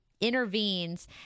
intervenes